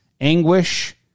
anguish